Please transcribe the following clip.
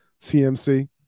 CMC